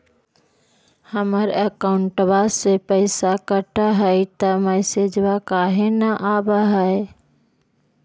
हमर अकौंटवा से पैसा कट हई त मैसेजवा काहे न आव है?